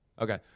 okay